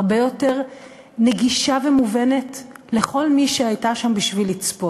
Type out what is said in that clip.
הרבה יותר נגישה ומובנת לכל מי שהייתה שם בשביל לצפות.